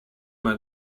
mal